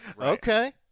Okay